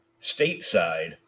stateside